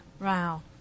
Wow